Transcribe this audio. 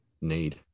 need